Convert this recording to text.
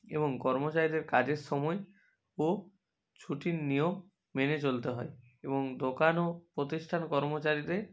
এবং কর্মচারীদের কাজের সময় ও ছুটির নিয়ম মেনে চলতে হয় এবং দোকান ও প্রতিষ্ঠান কর্মচারীদের